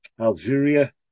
Algeria